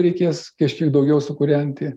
reikės kažkiek daugiau sukūrenti